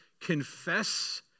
Confess